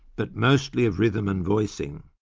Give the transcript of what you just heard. but mostly of rhythm and voicing.